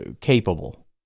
capable